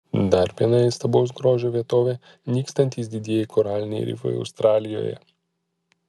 dar viena įstabaus grožio vietovė nykstantys didieji koraliniai rifai australijoje